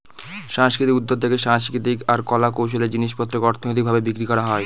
সাংস্কৃতিক উদ্যক্তাতে সাংস্কৃতিক আর কলা কৌশলের জিনিস পত্রকে অর্থনৈতিক ভাবে বিক্রি করা হয়